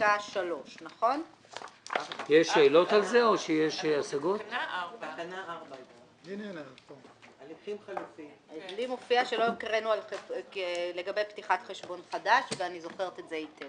פסקה 3. לא הקראנו לגבי פתיחת חשבון חדש ואני זוכרת את זה היטב.